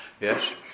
yes